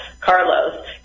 Carlos